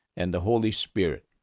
and the holy spirit.